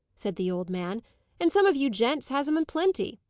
said the old man and some of you gents has em in plenty.